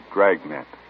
Dragnet